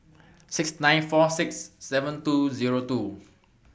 six nine four six seven two Zero two